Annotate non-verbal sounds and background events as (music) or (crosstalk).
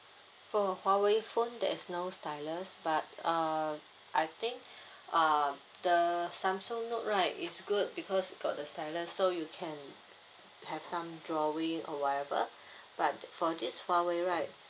for huawei phone there is no stylus but uh I think (breath) uh the samsung note right is good because it got the stylus so you can have some drawing or whatever but for this huawei right